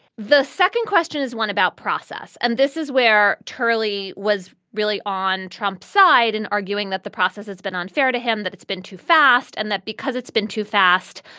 the second question is one about process. and this is where turley was really on trump's side in arguing that the process has been unfair to him, that it's been too fast and that because it's been too fast.